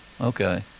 okay